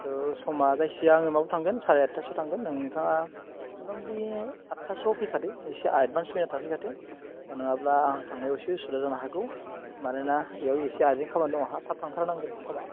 थ' समा जायखिजाया आं माबायाव थांगोन साराय आतथासोआव थांगोन नोंथाङा मथा मथि आतथासोयाव फैखादो एसे एदबानस फैना थाफैखादो नङाब्ला आंहा थांनायाव एसे उसुबिदा जानो हागौ मानोना बेयाव एसे आरजेन्त खामानि दं आंहा थाब थांथारनांगोन समा